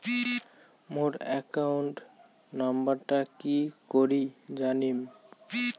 মোর account নাম্বারটা কি করি জানিম?